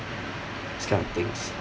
this kind of things